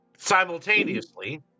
Simultaneously